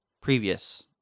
previous